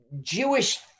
jewish